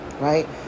Right